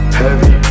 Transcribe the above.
heavy